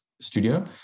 studio